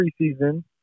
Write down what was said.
preseason